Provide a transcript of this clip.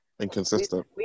Inconsistent